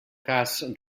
cas